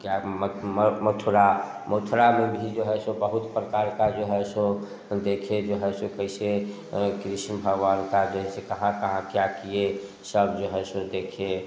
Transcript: क्या मथुरा मथुरा में भी जो है सो बहुत प्रकार का जो है सो हम देखें जो है सो कैसे कृष्ण भगवान जैसे कहाँ कहाँ क्या किए सब जो है सो देखे